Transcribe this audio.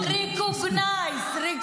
לא מכובד.